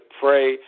pray